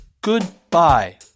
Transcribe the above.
Goodbye